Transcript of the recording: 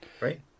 Right